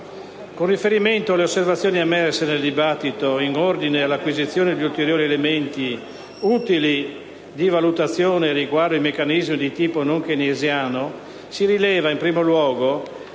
Con riferimento alle osservazioni emerse nel dibattito in ordine all'acquisizione di ulteriori elementi utili di valutazione riguardo ai meccanismi di tipo non keynesiano, si rileva in primo luogo